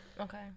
Okay